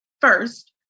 first